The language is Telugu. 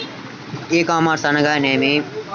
ఈ కామర్స్ అనగా నేమి?